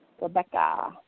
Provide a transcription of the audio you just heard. Rebecca